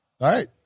right